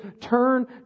turn